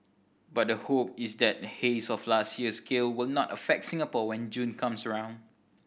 but the hope is that haze of last year's scale will not affect Singapore when June comes around